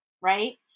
right